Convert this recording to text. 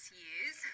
years